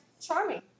charming